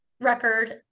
record